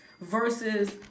versus